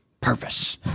purpose